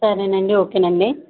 సరేనండి ఓకే అండి